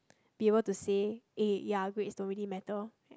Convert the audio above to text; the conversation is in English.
be able to say eh ya grades don't really matter